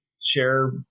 share